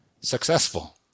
successful